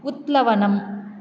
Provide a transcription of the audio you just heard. उत्प्लवनम्